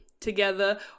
Together